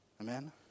Amen